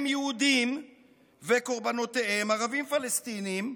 הם יהודים וקורבנותיהם ערבים פלסטינים,